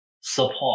support